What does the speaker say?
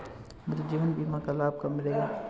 मुझे जीवन बीमा का लाभ कब मिलेगा?